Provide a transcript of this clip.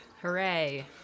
Hooray